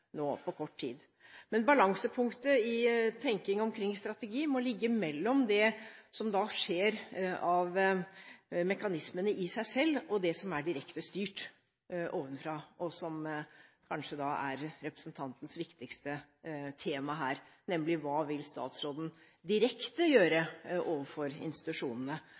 på kort tid. Men balansepunktet i tenkningen omkring strategi må ligge mellom det som da skjer på grunn av mekanismene i seg selv, og det som er direkte styrt ovenfra, og som kanskje da er representantens viktigste tema her, nemlig hva statsråden vil gjøre direkte overfor institusjonene